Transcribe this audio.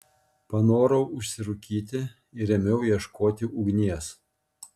panorau užsirūkyti ir ėmiau ieškoti ugnies